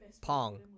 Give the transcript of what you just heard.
Pong